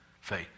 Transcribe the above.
faith